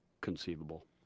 Conceivable